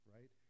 Right